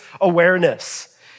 awareness